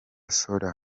sother